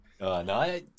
No